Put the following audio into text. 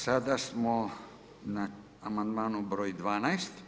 Sada smo na amandmanu broj 12.